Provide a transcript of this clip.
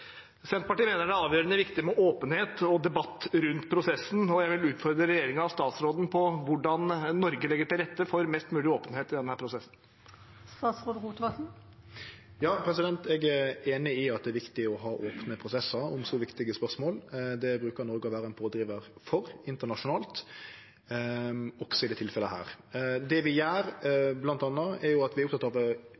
Senterpartiet mener det er avgjørende viktig med åpenhet og debatt rundt prosessen, og jeg vil utfordre regjeringen og statsråden på hvordan Norge legger til rette for mest mulig åpenhet i denne prosessen. Eg er einig i at det er viktig å ha opne prosessar om så viktige spørsmål. Det brukar Noreg å vere ein pådrivar for internasjonalt, også i dette tilfellet. Det vi